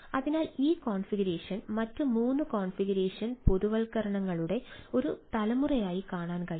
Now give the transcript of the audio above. അതിനാൽ ഈ കോൺഫിഗറേഷൻ മറ്റ് മൂന്ന് കോൺഫിഗറേഷൻ പൊതുവൽക്കരണങ്ങളുടെ ഒരു തലമുറയായി കാണാൻ കഴിയും